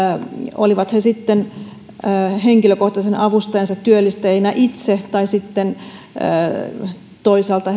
olivat he sitten henkilökohtaisen avustajansa työllistäjinä itse tai toisaalta